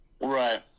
right